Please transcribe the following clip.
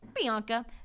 Bianca